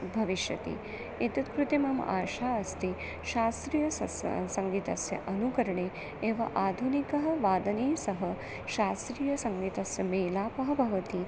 भविष्यति एतस्य कृते मम आशा अस्ति शास्त्रीयद्य सङ्गीतस्य अनुकरणे एव आधुनिकवादनेन सह शास्त्रीयसङ्गीतस्य मेलनं भवति